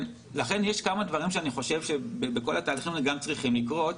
לכן יש כמה דברים שאני חושב שבכל התהליכים האלה גם צריכים לקרות.